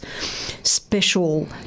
special